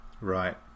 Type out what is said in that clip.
right